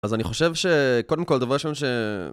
אז אני חושב שקודם כל דבר ראשון ש...